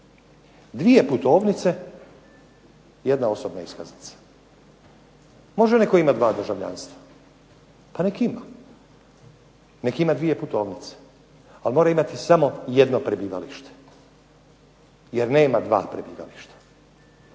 Dvije putovnice, jedna osobna iskaznica. Može netko imati dva državljanstva, pa nek ima, nek ima dvije putovnice, ali mora imati samo jedno prebivalište, jer nema dva prebivališta.